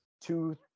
two